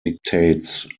dictates